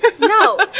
No